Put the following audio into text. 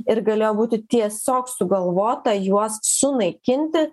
ir galėjo būti tiesiog sugalvota juos sunaikinti